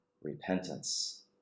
repentance